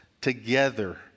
together